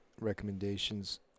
recommendations